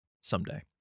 Someday